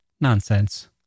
nonsense